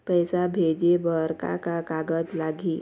पैसा भेजे बर का का कागज लगही?